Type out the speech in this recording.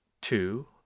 two